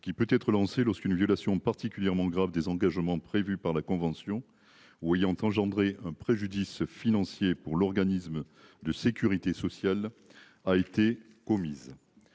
qui peut être lancé lorsqu'une violation particulièrement grave désengagement prévus par la convention ou ayant engendré un préjudice financier pour l'organisme de Sécurité sociale a été commise.